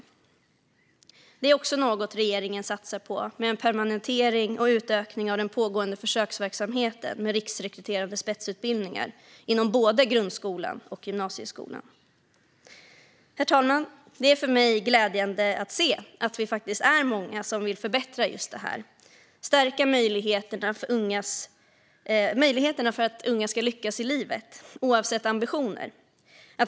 Detta är också något regeringen satsar på, med en permanentning och utökning av den pågående försöksverksamheten med riksrekryterande spetsutbildningar inom både grundskolan och gymnasieskolan Herr talman! Det är för mig väldigt glädjande att se att vi är många som vill förbättra just detta - att stärka möjligheterna för unga att lyckas i livet, oavsett ambitioner.